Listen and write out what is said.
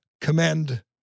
commend